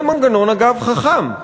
זה מנגנון, אגב, חכם,